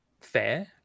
fair